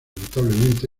notablemente